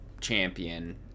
champion